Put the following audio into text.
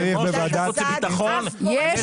יש